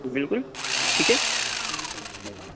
बिल्कुल ठीक है ओके